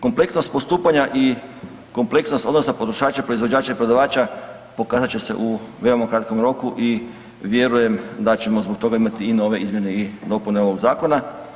Kompleksnost postupanja i kompleksnost, odnosno potrošača, proizvođača i prodavača pokazat će se u veoma kratkom roku i vjerujem da ćemo zbog toga imati i nove izmjene i dopune ovog Zakona.